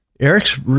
Eric's